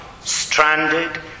stranded